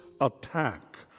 attack